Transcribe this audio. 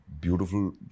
beautiful